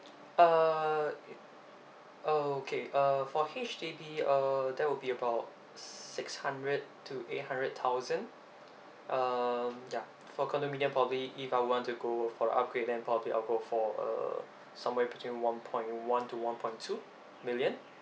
err okay uh for H_D_B uh there will be about six hundred to eight hundred thousand um ya for condominium probably if I want to go for upgrade then probably I'll go for uh somewhere between one point one to one point two million